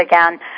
again